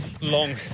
Long